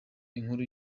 inkuru